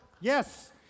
Yes